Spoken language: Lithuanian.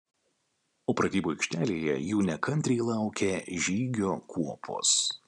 o pratybų aikštelėje jų nekantriai laukė žygio kuopos